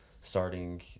starting